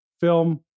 film